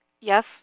Yes